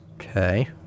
Okay